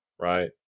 right